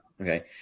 okay